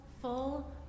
full